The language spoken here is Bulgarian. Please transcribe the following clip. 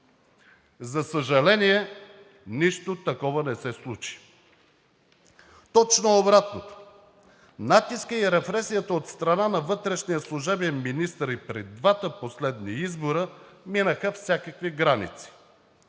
За съжаление, нищо такова не се случи. Точно обратното. Натискът и репресията от страна на вътрешния служебен министър и при двата последни избора минаха всякакви граници.